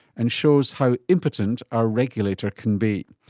and shows how impotent our regulator can be.